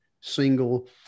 single